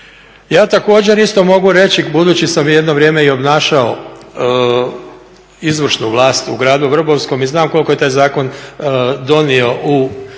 Ja također isto mogu reći, budući sam jedno vrijeme i obnašao izvršnu vlast u gradu Vrbovskom i znam koliko je taj zakon donio u izgradnji